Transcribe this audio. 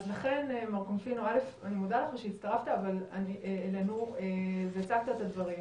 לכן מר קונפינו אני מודה לך שהצטרפת אלינו והצגת את הדברים.